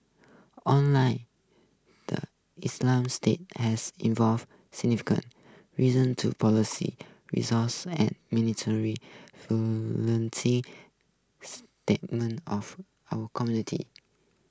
online the Islamic State has involve reason to results and of our community